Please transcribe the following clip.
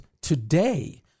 today